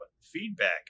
feedback